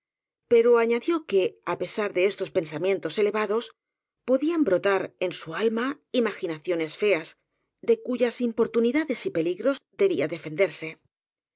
pero añadió que á pesar de esos pensamientos elevados podían bro tar en su alma imaginaciones feas de cuyas impor tunidades y peligros debía defenderse